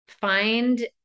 find